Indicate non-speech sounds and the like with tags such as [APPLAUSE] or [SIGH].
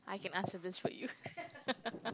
I can answer this for you [LAUGHS]